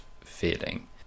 feeling